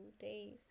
days